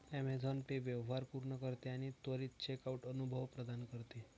Amazon Pay व्यवहार पूर्ण करते आणि त्वरित चेकआउट अनुभव प्रदान करते